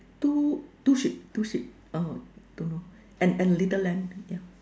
two two sheep two sheep err don't know and and a little lamb yeah